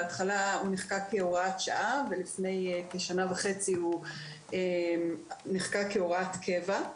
בהתחלה כהוראת שעה ולפני כשנה וחצי הוא נחקק כהוראת קבע.